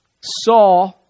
saw